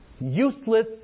useless